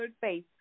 face